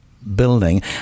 Building